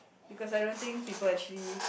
because I don't think people actually